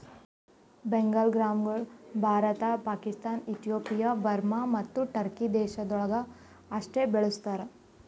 ಬೆಂಗಾಲ್ ಗ್ರಾಂಗೊಳ್ Bharat, Pakistan, Ethiopia, Burma ಮತ್ತ Turkey ದೇಶಗೊಳ್ದಾಗ್ ಅಷ್ಟೆ ಬೆಳುಸ್ತಾರ್